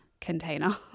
container